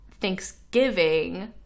Thanksgiving